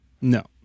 No